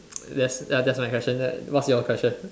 that's that's my question ya what's your question